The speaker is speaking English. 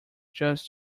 just